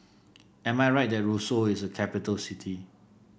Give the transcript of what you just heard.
am I right that Roseau is capital city